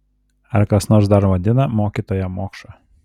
ar kas nors dar vadina mokytoją mokša